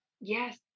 yes